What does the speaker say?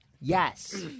Yes